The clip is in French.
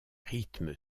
rythmes